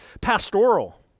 pastoral